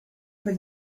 for